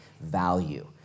value